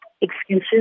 excuses